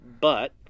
but-